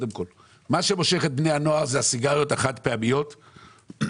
מה שמושך את בני הנוער זה הסיגריות החד פעמיות שעליהן,